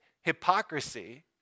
hypocrisy